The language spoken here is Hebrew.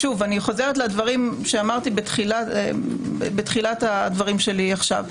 אני חוזרת לדברים שאמרתי בתחילת הדברים שלי עכשיו,